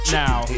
now